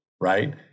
Right